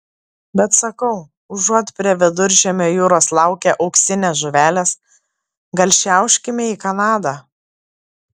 bet sakau užuot prie viduržemio jūros laukę auksinės žuvelės gal šiauškime į kanadą